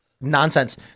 nonsense